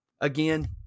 Again